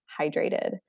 hydrated